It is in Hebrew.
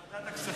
לוועדת הכספים.